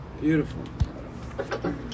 beautiful